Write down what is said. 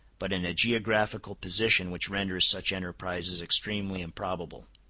but in a geographical position which renders such enterprises extremely improbable.